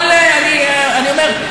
אבל אני אומר: